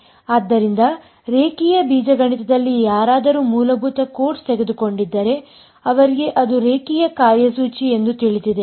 ಆದ್ದರಿಂದ ರೇಖೀಯ ಬೀಜಗಣಿತದಲ್ಲಿ ಯಾರಾದರೂ ಮೂಲಭೂತ ಕೋರ್ಸ್ ತೆಗೆದುಕೊಂಡಿದ್ದರೆ ಅವರಿಗೆ ಅದು ರೇಖೀಯ ಕಾರ್ಯಸೂಚಿ ಎಂದು ತಿಳಿದಿದೆ